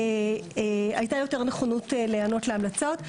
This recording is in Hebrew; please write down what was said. הייתה יותר נכונות להיענות להמלצות.